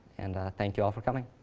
and thank you all for coming.